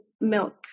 milk